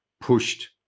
pushed